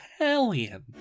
Italian